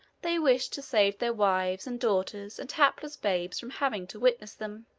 they wished to save their wives, and daughters, and helpless babes from having to witness them.